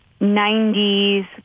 90s